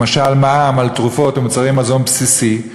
למשל מע"מ על תרופות ומוצרי מזון בסיסי.